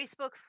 Facebook